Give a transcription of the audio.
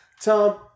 Tom